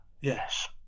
Yes